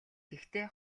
гэхдээ